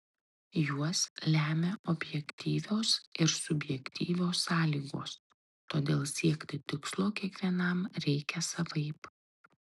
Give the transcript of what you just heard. juos lemia objektyvios ir subjektyvios sąlygos todėl siekti tikslo kiekvienam reikia savaip